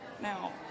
now